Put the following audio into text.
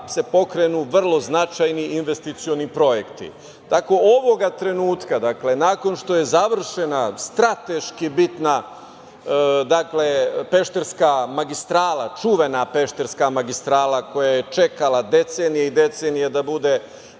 se pokrenu vrlo značajni investicioni projekti. Ovog trenutka nakon što je završena strateški bitna pešterska magistrala, čuvena pešterska magistrala koja je čekala decenije i decenije da bude